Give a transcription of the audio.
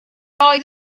roedd